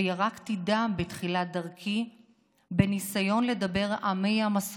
וירקתי דם בתחילת דרכי בניסיון לדבר (אומרת בערבית: